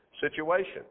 situation